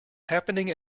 happening